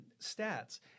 Stats